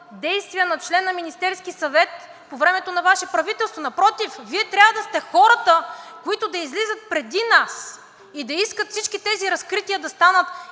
действия на член на Министерския съвет по време на Ваше правителство. Напротив, Вие трябва да сте хората, които да излизат преди нас и да искат всички тези разкрития да станат